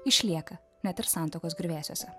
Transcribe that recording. išlieka net ir santuokos griuvėsiuose